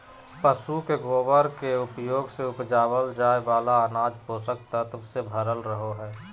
पशु के गोबर के उपयोग से उपजावल जाय वाला अनाज पोषक तत्वों से भरल रहो हय